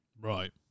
Right